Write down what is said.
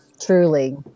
Truly